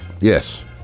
Yes